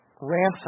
ransom